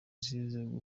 zize